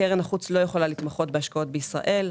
קרן החוץ לא יכולה להתמחות בהשקעות בישראל,